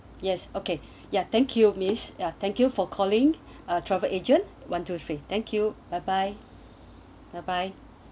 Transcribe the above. yes okay ya thank you miss ya thank you for calling a travel agent one two three thank you bye bye bye bye